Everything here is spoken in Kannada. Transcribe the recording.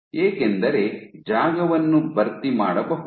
ಏಕೆಂದರೆ ಜಾಗವನ್ನು ಭರ್ತಿ ಮಾಡಬಹುದು